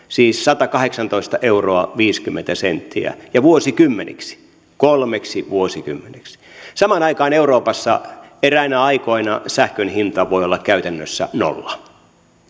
siis satakahdeksantoista euroa viisikymmentä senttiä ja vuosikymmeniksi kolmeksi vuosikymmeneksi samaan aikaan euroopassa eräinä aikoina sähkön hinta voi olla käytännössä nolla